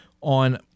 on